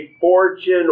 Fortune